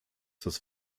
das